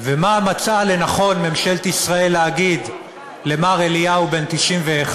ומה מצאה לנכון ממשלת ישראל להגיד למר אליהו בן ה-91?